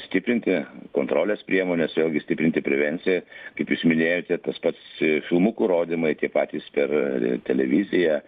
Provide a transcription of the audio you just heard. stiprinti kontrolės priemones vėlgi stiprinti prevenciją kaip jūs minėjote tas pats ee filmukų įrodymai tie patys per televiziją